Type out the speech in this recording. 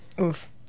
Oof